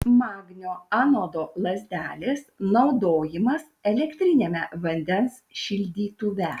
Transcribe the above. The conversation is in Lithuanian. magnio anodo lazdelės naudojimas elektriniame vandens šildytuve